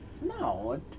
No